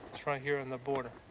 it's right here on the border.